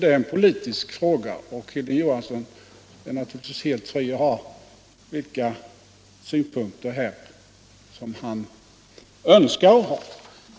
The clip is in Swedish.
Det är en politisk fråga, och herr Johansson har naturligtvis rättighet att ha vilka synpunkter han vill på den.